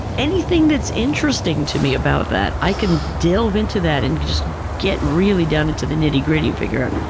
anything that's interesting to me about that, i can delve into that and just get really down into the nitty gritty and figure out,